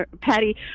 Patty